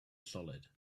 solid